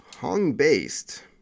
Hong-based